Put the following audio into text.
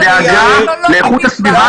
-- את הדאגה לאיכות הסביבה,